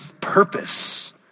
purpose